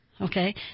Okay